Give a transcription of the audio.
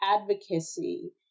advocacy